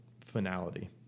finality